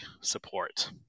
support